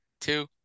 two